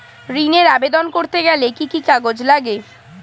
ঋণের আবেদন করতে গেলে কি কি কাগজ লাগে?